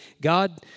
God